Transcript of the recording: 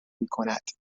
میکند